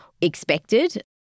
expected